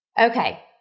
Okay